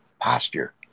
posture